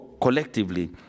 collectively